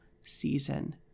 season